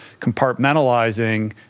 compartmentalizing